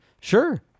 sure